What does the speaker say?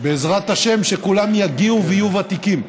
בעזרת השם, שכולם יגיעו ויהיו ותיקים.